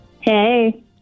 Hey